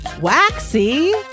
Waxy